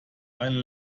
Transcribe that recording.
eine